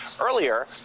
earlier